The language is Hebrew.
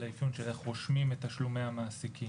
האיפיון של איך רושמים את תשלומי המעסיקים.